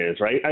right